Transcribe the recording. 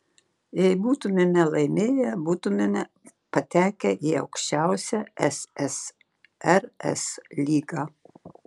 jei būtumėme laimėję būtumėme patekę į aukščiausią ssrs lygą